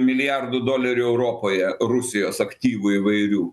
milijardų dolerių europoje rusijos aktyvų įvairių